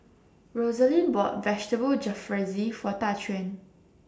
Rosalind bought Vegetable Jalfrezi For Daquan